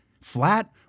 Flat